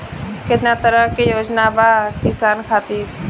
केतना तरह के योजना बा किसान खातिर?